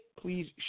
please